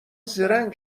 زرنگ